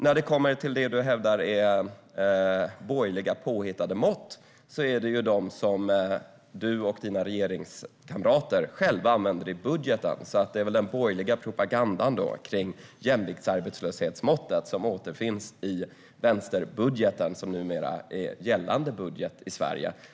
När det gäller det som du hävdar är borgerliga påhittade mått är det de som du och dina regeringskamrater själva använder i budgeten, så det är väl den borgerliga propagandan kring jämviktsarbetslöshetsmåttet som återfinns i vänsterbudgeten som numera är gällande budget i Sverige.